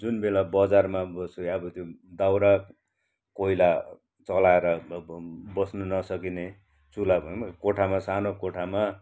जुन बेला बजारमा बसेर अब त्यो दाउरा कोइला चलाएर बस्नु नसकिने चुल्हा भनौँ कोठामा सानो कोठामा